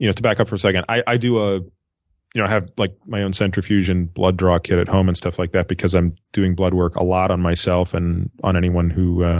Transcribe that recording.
you know to back up for a second, i ah you know have like my own centrifuge and blood draw kit at home and stuff like that because i'm doing blood work a lot on myself and on anyone who